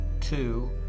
Two